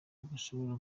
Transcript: bashoboye